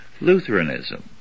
Lutheranism